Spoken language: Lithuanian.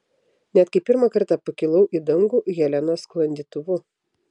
net kai pirmą kartą pakilau į dangų helenos sklandytuvu